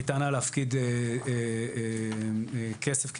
עבודה עם המפכ"ל שיהיו יותר ויותר תחנות שבהן ניתן לשלם דמי